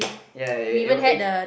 ya it was it